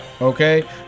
okay